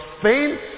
faint